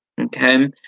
Okay